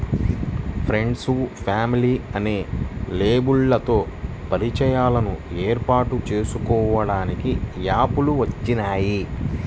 friends, family అనే లేబుల్లతో పరిచయాలను ఏర్పాటు చేసుకోడానికి యాప్ లు వచ్చినియ్యి